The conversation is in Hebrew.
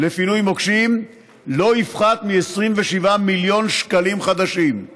לפינוי מוקשים לא יפחת מ-27 מיליון שקלים חדשים.